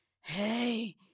hey